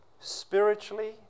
Spiritually